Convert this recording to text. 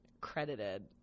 credited